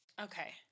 Okay